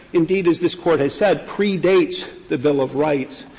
indeed, as this court has said, predates the bill of rights,